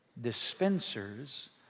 Dispensers